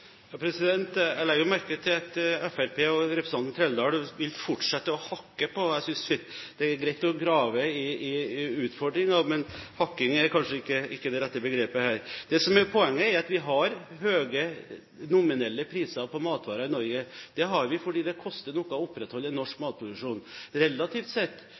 Jeg legger merke til at Fremskrittspartiet og representanten Trældal vil fortsette å «hakke». Det er greit å grave i utfordringer, men «hakking» er kanskje ikke det rette begrepet her. Det som er poenget, er at vi har høye nominelle priser på matvarer i Norge. Det har vi fordi det koster noe å opprettholde norsk matproduksjon. Relativt sett